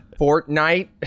Fortnite